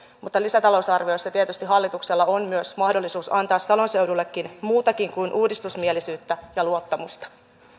mutta lisätalousarviossa tietysti hallituksella on myös mahdollisuus antaa salon seudullekin muutakin kuin uudistusmielisyyttä ja luottamusta